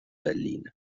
berlin